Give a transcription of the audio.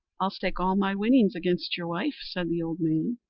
i'll stake all my winnings against your wife, said the old man.